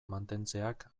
mantentzeak